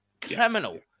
Criminal